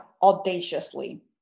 audaciously